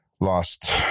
lost